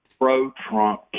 pro-Trump